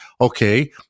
okay